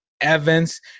Evans